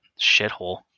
shithole